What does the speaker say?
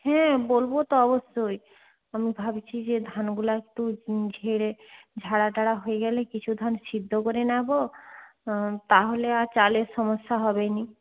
হ্যাঁ বলবো তো অবশ্যই আমি ভাবছি যে ধানগুলা একটু ঝেড়ে ঝাড়া টারা হয়ে গেলে কিছু ধান সিদ্ধ করে নেব তাহলে আর চালের সমস্যা হবে না